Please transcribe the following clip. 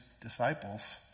disciples